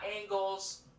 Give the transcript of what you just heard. Angles